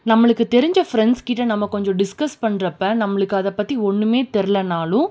நம்மளுக்கு தெரிஞ்ச ஃப்ரெண்ட்ஸ் கிட்ட நம்ம கொஞ்சம் டிஸ்கஸ் பண்ணுறப்ப நம்மளுக்கு அதை பற்றி ஒன்றுமே தெரிலனாலும்